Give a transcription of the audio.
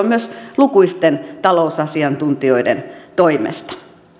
myös lukuisten talousasiantuntijoiden toimesta